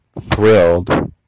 thrilled